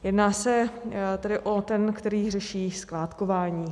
Jedná se tedy o ten, který řeší skládkování.